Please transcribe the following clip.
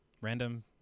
random